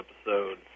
episode